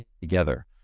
together